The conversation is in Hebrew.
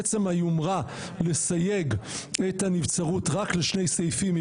עצם היומרה לסייג את הנבצרות רק לשני סעיפים היא